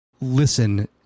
listen